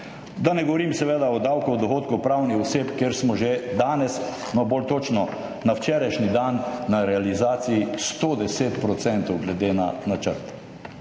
Da ne govorim, seveda, o davku od dohodkov pravnih oseb, kjer smo že danes, no, bolj točno na včerajšnji dan, na realizaciji 110 % glede na načrt.